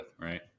right